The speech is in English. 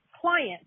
client